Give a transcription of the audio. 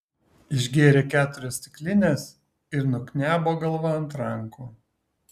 išgėrė keturias stiklines ir nuknebo galva ant rankų